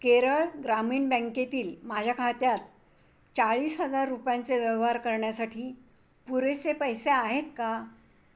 केरळ ग्रामीण बँकेतील माझ्या खात्यात चाळीस हजार रुपयांचे व्यवहार करण्यासाठी पुरेसे पैसे आहेत का